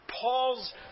Paul's